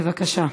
בבקשה.